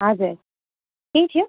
हजुर केही थियो